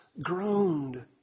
groaned